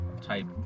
type